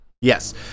Yes